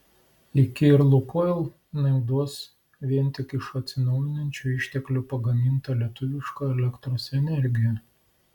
iki ir lukoil naudos vien tik iš atsinaujinančių išteklių pagamintą lietuvišką elektros energiją